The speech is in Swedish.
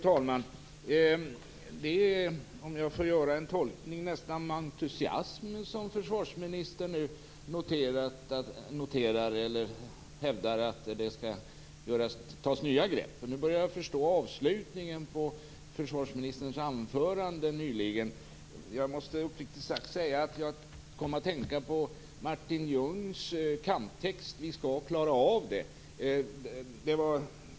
Tack fru talman! Om jag får göra en tolkning är det nästan med entusiasm som försvarsministern nu hävdar att det skall tas nya grepp. Nu börjar jag förstå avslutningen på försvarsministerns anförande nyligen. Jag måste uppriktigt sagt säga att jag kom att tänka på Martin Ljungs kamptext: Vi skall klara av det!